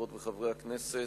חברות וחברי הכנסת,